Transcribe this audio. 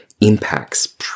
impacts